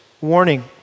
warning